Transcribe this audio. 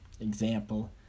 example